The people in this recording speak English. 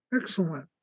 Excellent